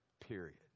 period